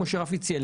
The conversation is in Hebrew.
כמו שרפי ציין,